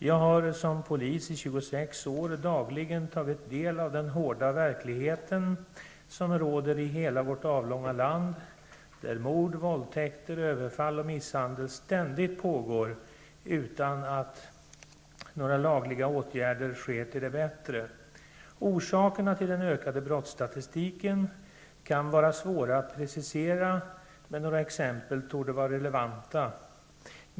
Jag har som polis i 26 år dagligen tagit del av den hårda verklighet som råder i hela vårt avlånga land, där mord, våldtäkter, överfall och misshandel ständigt pågår utan att några lagliga åtgärder sker till det bättre. Orsakerna till den ökade brottsstatistiken kan vara svåra att precisera, men några exempel torde vara relevanta.